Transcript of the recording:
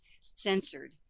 censored